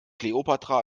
kleopatra